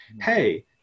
hey